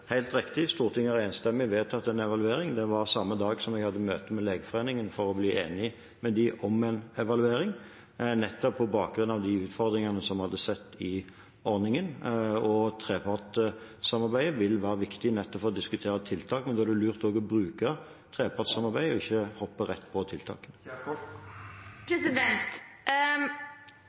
helt riktig at Stortinget enstemmig har vedtatt en evaluering. Det var samme dag som vi hadde møte med Legeforeningen for å bli enige med dem om en evaluering, nettopp på bakgrunn av de utfordringene som vi hadde sett i ordningen. Og trepartssamarbeidet vil være viktig nettopp for å diskutere tiltak. Men da er det lurt å bruke trepartssamarbeidet og ikke hoppe rett på